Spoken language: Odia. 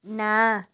ନା